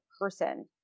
person